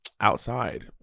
outside